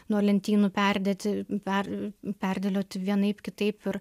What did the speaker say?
nuo lentynų perdėti ar perdėlioti vienaip kitaip ir